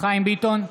חיים ביטון,